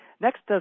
Next